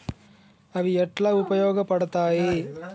అవి ఎట్లా ఉపయోగ పడతాయి?